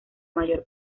mayor